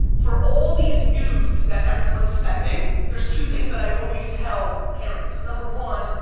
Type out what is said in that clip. for all these nudes that everyone's sending, there's two things that i always tell parents. number one,